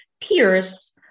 peers